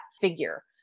figure